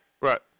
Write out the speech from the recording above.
Right